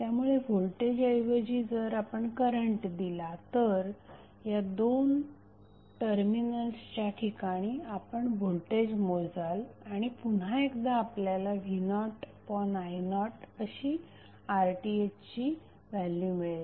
त्यामुळे व्होल्टेज ऐवजी जर आपण करंट दिला तर या दोन टर्मिनल्सच्या ठिकाणी आपण व्होल्टेज मोजाल आणि पुन्हा एकदा आपल्याला v0i0अशी RThची व्हॅल्यु मिळेल